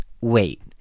wait